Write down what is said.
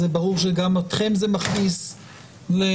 זה ברור שגם אתכם זה מכניס לאתגרים.